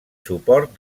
suport